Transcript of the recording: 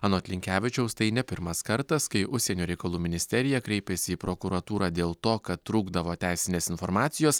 anot linkevičiaus tai ne pirmas kartas kai užsienio reikalų ministerija kreipėsi į prokuratūrą dėl to kad trūkdavo teisinės informacijos